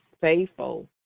faithful